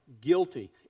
guilty